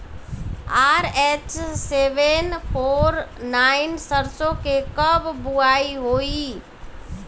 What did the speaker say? RH seven four nine सरसो के कब बुआई होई?